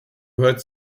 gehört